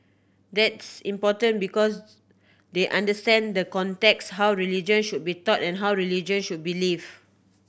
that's important because they understand the context how religion should be taught and how religion should be lived